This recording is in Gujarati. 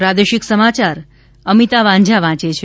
પ્રાદેશિક સમાચાર અમિતા વાંઝા વાંચે છે